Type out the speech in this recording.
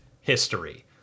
history